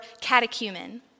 catechumen